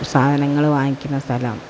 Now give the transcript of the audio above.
സാധനങ്ങള് വാങ്ങിക്കുന്ന സ്ഥലം